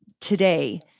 today